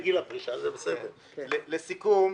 לסיכום,